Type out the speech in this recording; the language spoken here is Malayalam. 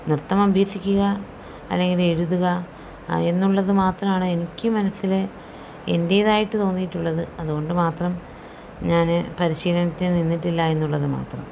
നൃത്തം അഭ്യസിക്കുക അല്ലെങ്കിൽ എഴുതുക എന്നുള്ളത് മാത്രമാണ് എനിക്ക് മനസ്സിൽ എൻ്റേതായിട്ട് തോന്നിയിട്ടുള്ളത് അതുകൊണ്ടുമാത്രം ഞാൻ പരിശീലനത്തിന് നിന്നിട്ടില്ല എന്നുള്ളത് മാത്രം